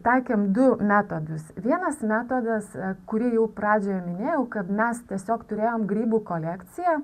taikėm du metodus vienas metodas kurį jau pradžioje minėjau kad mes tiesiog turėjom grybų kolekciją